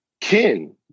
kin